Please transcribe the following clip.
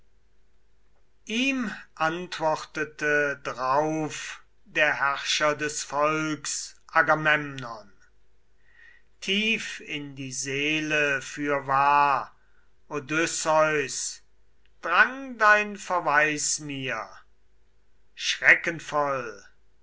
ihm antwortete drauf der herrscher des volks agamemnon tief in die seele fürwahr odysseus drang dein verweis mir